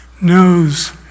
knows